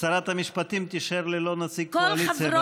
שרת המשפטים תישאר ללא נציג קואליציה בדיון,